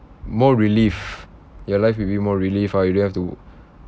more relief your life will be more relief ah you don't have to